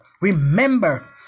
remember